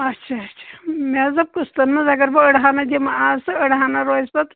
اچھا اچھا مےٚ حَظ دوٚپ قٕسطن منٛز اگر بہٕ أڑ ہنا دِمہٕ آز تہِ أڑ ہنا روزِ پتہٕ